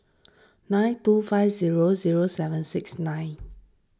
nine two five zero zero seven six nine